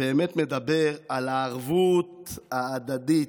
ובאמת מדבר על הערבות ההדדית,